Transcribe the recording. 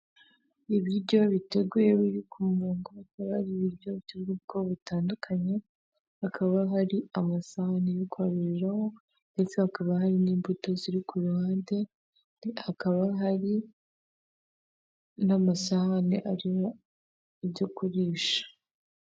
Ibiryo biteguye biri ku murongo, hakaba hari ibiryo by'ubwoko butandukanye, hakaba hari amasahani yo kwaruriraho, ndetse hakaba hari n'imbuto ziri ku ruhande, hakaba hari n'amasahane ariho ibyo kurisha.